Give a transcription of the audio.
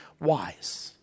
wise